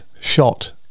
shot